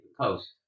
coast